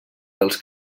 dels